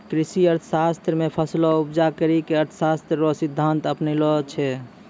कृषि अर्थशास्त्र मे फसलो उपजा करी के अर्थशास्त्र रो सिद्धान्त अपनैलो छै